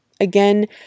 Again